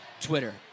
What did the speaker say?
Twitter